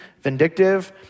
vindictive